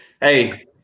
Hey